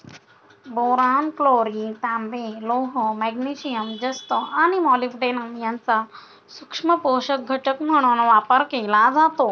boron, chlorine, तांबे, लोह, magnesium, जस्त आणि मॉलिब्डेनम यांचा सूक्ष्म पोषक घटक म्हणून वापर केला जातो